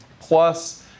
plus